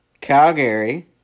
Calgary